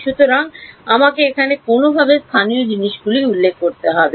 সুতরাং আমাকে এখানে কোনওভাবে স্থানীয় জিনিসগুলি উল্লেখ করতে হবে